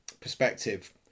perspective